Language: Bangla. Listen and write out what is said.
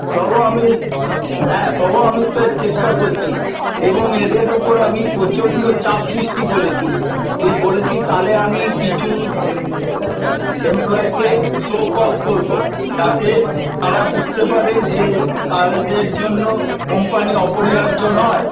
তবুও আমি হ্যাঁ তবুও আমি স্যার চেষ্টা করছি এবং এদের ওপর আমি প্রচণ্ড চাপ সৃষ্টি করেছি যে বলেছি তাহলে আমি কিছু এমপ্লয়ীকে সো কজ করব যাতে তারা বুঝতে পারে যে তাদের জন্য কোম্পানি অপরিহার্য নয়